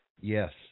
Yes